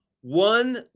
one